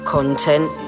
Content